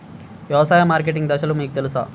వ్యవసాయ మార్కెటింగ్ దశలు మీకు తెలుసా?